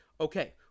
Okay